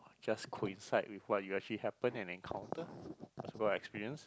just coincide with what you actually happen and encounter that's what I experience